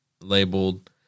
labeled